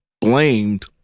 blamed